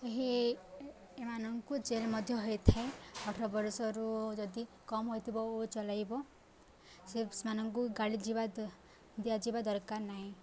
ଏହି ଏମାନଙ୍କୁ ଜେଲ ମଧ୍ୟ ହୋଇଥାଏ ଅଠର ବର୍ଷରୁ ଯଦି କମ୍ ହୋଇଥିବ ଓ ଚଲାଇବ ସେ ସେମାନଙ୍କୁ ଗାଡ଼ି ଯିବା ଦିଆଯିବା ଦରକାର ନାହିଁ